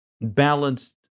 balanced